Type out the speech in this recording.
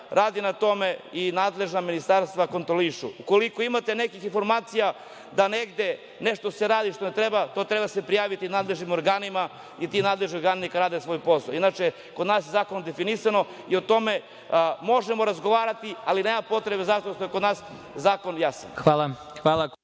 radi na tome i nadležna ministarstva kontrolišu. Ukoliko imate nekih informacija da se negde nešto radi što ne treba, to se treba prijaviti nadležnim organima i ti nadležni organi neka rade svoj posao. Inače, kod nas je zakonom definisano i tome možemo razgovarati, ali nema potrebe, zato što je kod nas zakon jasan.